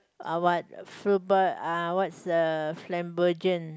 uh what fluba~ uh what's the